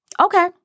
Okay